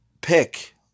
pick